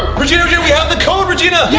regina, okay we have the code, regina. yeah